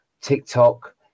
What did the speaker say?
TikTok